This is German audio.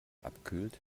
abkühlt